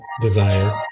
desire